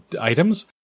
items